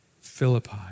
Philippi